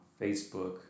Facebook